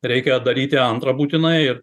reikia daryti antrą būtinai ir